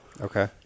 Okay